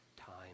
time